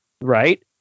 right